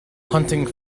hunting